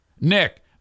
Nick